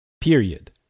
period